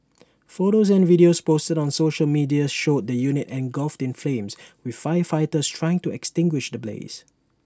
photos and videos posted on social media showed the unit engulfed in flames with firefighters trying to extinguish the blaze